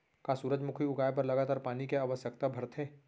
का सूरजमुखी उगाए बर लगातार पानी के आवश्यकता भरथे?